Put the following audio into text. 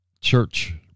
church